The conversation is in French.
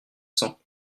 cents